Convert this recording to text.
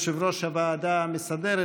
יושב-ראש הוועדה המסדרת,